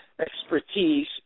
expertise